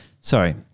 sorry